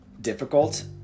difficult